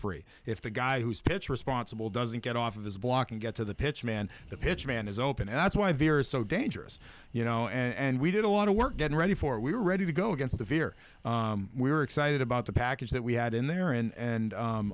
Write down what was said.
free if the guy who's pitch responsible doesn't get off of his blocking get to the pitch man the pitch man is open and that's why they are so dangerous you know and we did a lot of work getting ready for we were ready to go against the fear we were excited about the package that we had in there and